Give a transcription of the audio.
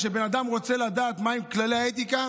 כשבן אדם רוצה לדעת מהם כללי האתיקה,